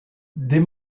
des